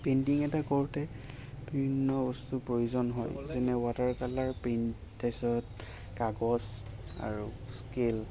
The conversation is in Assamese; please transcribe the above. পেইন্টিং এটা কৰোঁতে বিভিন্ন বস্তুৰ প্ৰয়োজন হয় যেনে ৱাটাৰ কালাৰ পেইন্ট তাৰপিছত কাগজ আৰু স্কেল